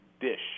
Dish